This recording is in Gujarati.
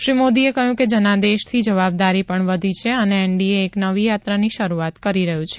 શ્રી મોદીએ કહયું જનાદેશથી જવાબદારીપણ વધી છે અને એનડીએ એક નવી યાત્રાની શરૂઆત કરી રહયું છે